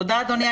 תודה, אדוני.